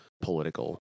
political